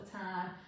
time